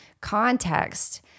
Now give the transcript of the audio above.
context